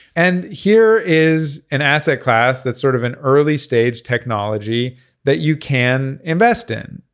and here is an asset class that's sort of an early stage technology that you can invest in.